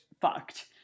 fucked